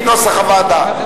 נוסח הוועדה.